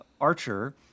archer